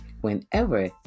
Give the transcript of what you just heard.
whenever